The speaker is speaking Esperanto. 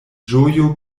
ĝojo